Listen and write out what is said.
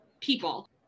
people